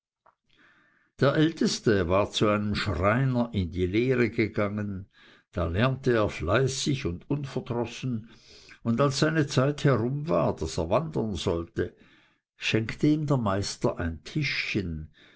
der älteste war zu einem schreiner in die lehre gegangen da lernte er fleißig und unverdrossen und als seine zeit herum war daß er wandern sollte schenkte ihm der meister ein tischchen